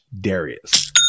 Darius